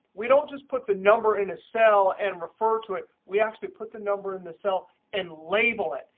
we don't just put the number in a cell and refer to it. we actually put the number in the cell and label it.